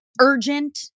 urgent